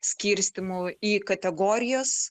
skirstymų į kategorijas